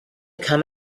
come